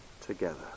together